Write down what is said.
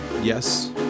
yes